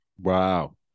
Wow